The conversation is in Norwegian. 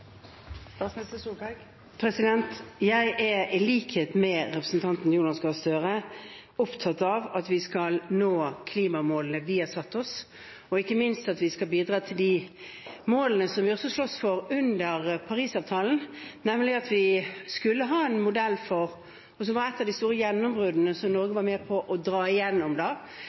Jeg er, i likhet med representanten Jonas Gahr Støre, opptatt av at vi skal nå klimamålene vi har satt oss, og ikke minst at vi skal bidra til de målene vi også sloss for under Parisavtalen: nemlig at vi skulle ha en modell for noe som var et av de store gjennombruddene Norge var med på å dra